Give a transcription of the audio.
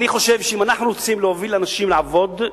אני חושב שאם אנחנו רוצים להוביל אנשים לעבוד,